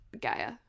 gaia